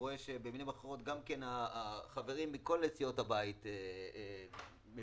רואה שהחברים מכל סיעות הבית מבינים